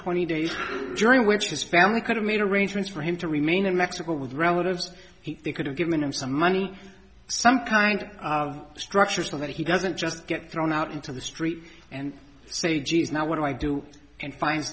twenty days during which his family could have made arrangements for him to remain in mexico with relatives they could have given him some money some kind of structure so that he doesn't just get thrown out into the street and say geez now what do i do